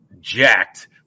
jacked